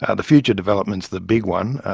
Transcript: and the future developments. the big one,